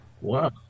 Wow